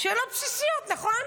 שאלות בסיסיות, נכון?